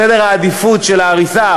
סדר העדיפויות של ההריסה.